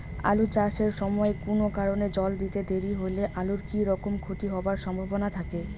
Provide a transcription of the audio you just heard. আলু চাষ এর সময় কুনো কারণে জল দিতে দেরি হইলে আলুর কি রকম ক্ষতি হবার সম্ভবনা থাকে?